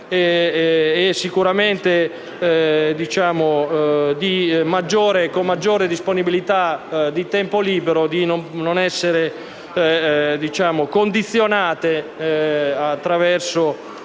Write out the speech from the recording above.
e sicuramente hanno una maggiore disponibilità di tempo libero, di non essere condizionate da queste